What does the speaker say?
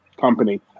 company